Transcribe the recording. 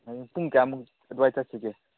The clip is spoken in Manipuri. ꯍꯌꯦꯡ ꯄꯨꯡ ꯀꯌꯥꯃꯨꯛ ꯑꯗꯨꯋꯥꯏ ꯆꯠꯁꯤꯒꯦ